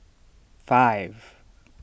five